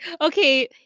okay